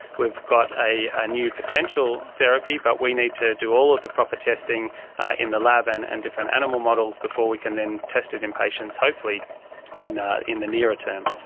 we've got a ah new potential therapy but we need to do all of the proper testing in the lab and and different animal models before we can then test it in patients, hopefully in the in the nearer term.